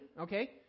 okay